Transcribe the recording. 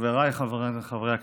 חבריי חברות וחברי הכנסת,